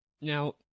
Now